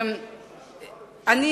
אני